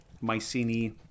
Mycenae